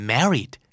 Married